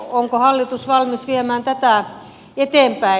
onko hallitus valmis viemään tätä eteenpäin